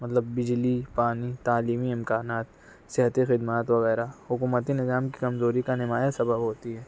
مطلب بجلی پانی تعلیمی امکانات صحتی خدمات وغیرہ حکومتی نظام کی کمزوری کا نمایاں سبب ہوتی ہے